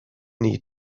need